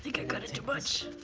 think i cut it too much.